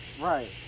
Right